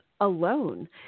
alone